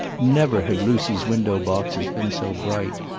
never had lucy's window boxes been so bright,